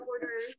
orders